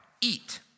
eat